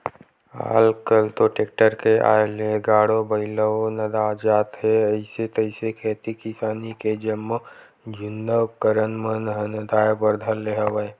आल कल तो टेक्टर के आय ले गाड़ो बइलवो नंदात जात हे अइसे तइसे खेती किसानी के जम्मो जुन्ना उपकरन मन ह नंदाए बर धर ले हवय